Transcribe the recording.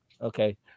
Okay